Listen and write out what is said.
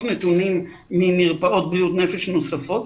נתונים ממרפאות בריאות נפש נוספות,